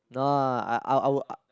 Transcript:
nah I I will I